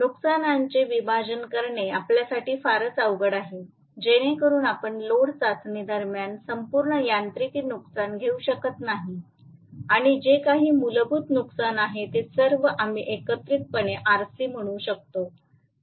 नुकसानांचे विभाजन करणे आपल्यासाठी फारच अवघड आहे जेणेकरून आपण लोड चाचणी दरम्यान संपूर्ण यांत्रिकी नुकसान घेऊ शकत नाही आणि जे काही मूलभूत नुकसान आहे ते सर्व आम्ही एकत्रितपणे RC म्हणू शकतो